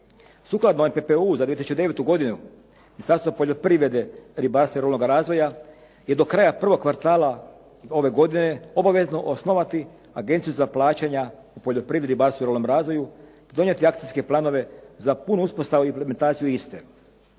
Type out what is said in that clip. Sukladno EPPU za 2009. godinu Ministarstvo poljoprivrede, ribarstva i ruralnoga razvoja je do kraja prvog kvartala ove godine obavezno osnovati Agenciju za plaćanja u poljoprivredi, ribarstvu i ruralnom razvoju, donijeti akcijske planove za punu uspostavu i implementaciju iste.